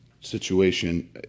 situation